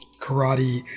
karate